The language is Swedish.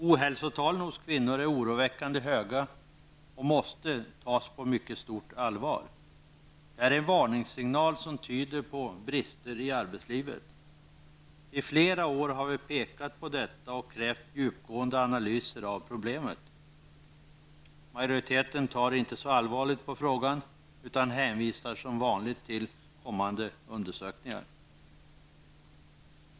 Ohälsotalen hos kvinnor är oroväckande höga och måste tas på mycket stort allvar. Det är en varningssignal som tyder på brister i arbetslivet. I flera år har vi pekat på detta och krävt djupgående analyser av problemet. Majoriteten tar inte så allvarligt på frågan utan hänvisar som vanligt till kommande undersökningar.